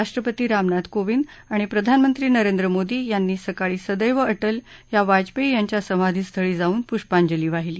राष्ट्रपती रामनाथ कोविंद आणि प्रधानमंत्री नरेंद मोदी यांनी सकाळी सदैव अटल या वाजपेई यांच्या समाधीस्थळी जाऊन पुष्पांजली वाहिली